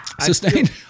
sustained